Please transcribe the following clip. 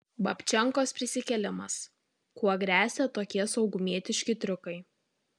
babčenkos prisikėlimas kuo gresia tokie saugumietiški triukai